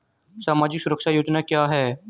सामाजिक सुरक्षा योजना क्या है?